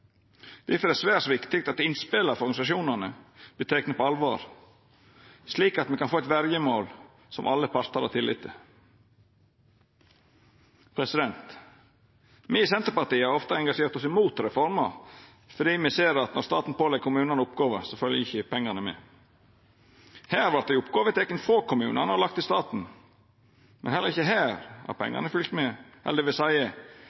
Difor er det svært viktig at innspela frå organisasjonane vert tekne på alvor, slik at me kan få eit verjemål som alle partar har tillit til. Me i Senterpartiet har ofte engasjert oss imot reformer, fordi me ser at når staten pålegg kommunane oppgåver, følgjer ikkje pengane med. Her vart ei oppgåve teken frå kommunane og lagd til staten, men heller ikkje her har pengane følgt med – eller